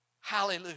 Hallelujah